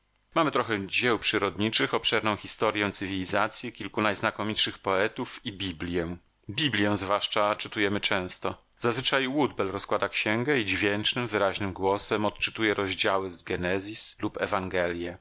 mamy trochę dzieł przyrodniczych obszerną historję cywilizacji kilku najznakomitszych poetów i biblję biblję zwłaszcza czytujemy często zazwyczaj woodbell rozkłada księgę i dźwięcznym wyraźnym głosem odczytuje rozdziały z genezis lub